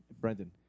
Brendan